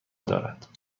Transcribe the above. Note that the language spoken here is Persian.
دارد